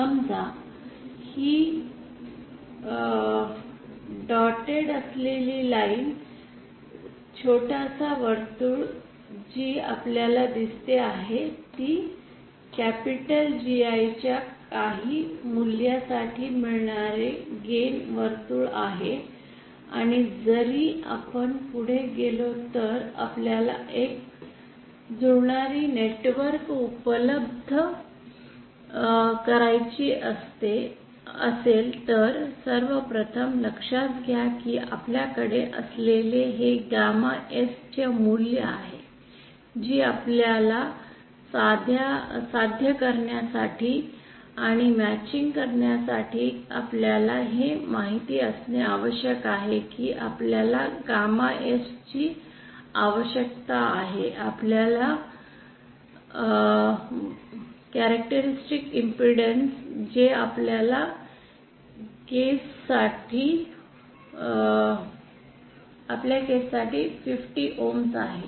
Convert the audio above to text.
समजा ही ठिपके असलेली लाईन छोटासा वर्तुळ जी आपल्याला दिसते आहे ती कॅपिटल GI च्या काही मूल्यासाठी मिळणारे गेन वर्तुळ आहे आणि जरी आपण पुढे गेलो तर् आपल्याला एक जुळणारे नेटवर्क उपलब्ध करावयाचे असेल तर् सर्वप्रथम लक्षात घ्या की आपल्याकडे असलेले हे गामा S चे मूल्य आहे जी आपल्याला साध्य करण्यासाठी आणि मॅचिंग करण्यासाठी आपल्याला हे माहित असणे आवश्यक आहे की आपल्याला गामा S ची आवश्यकता आहे आपल्या वैशिष्ट्यपूर्ण इम्पेडन्स जे आपल्या केस साठी 50 Ohm आहे